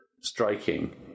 Striking